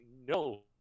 no